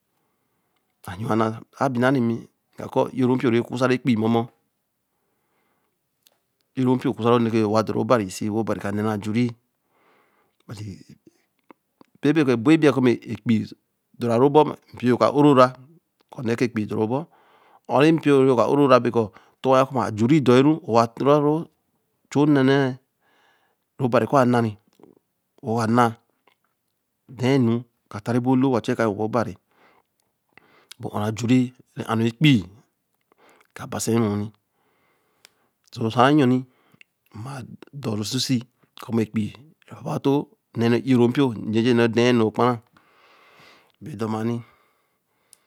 Ayoo na a bi nāa re mi, bja ku ē Ōro npio ku ru nne re dor rubari sūe, wen obari ka n̄ne ajure, buti ē bo ēbei kōo mēe epeii dora ru bor npio ka oro ra, ku nn̄e re eprii doru bo, hor re npio yo ka oro ra be koo, to wa yea ke ma Ajure de ru, chu nna nna ru obari kāa na re wo wa n̄na tann nu ka tare bo lo, wa chu e ka yo wen bo obari, bo hor ra ajure re a re epeii ka ba se ru n̄ni, So sa yo nini ma dorre sese ku ma epeii re ba tōo nne ru ē ōro npio JeJe n̄n̄e ru l ān nuru kpa ra be dor ma yen̄ni